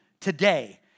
Today